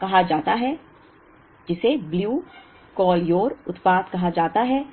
कहा जाता है